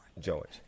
George